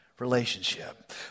relationship